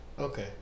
Okay